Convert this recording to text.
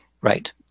Right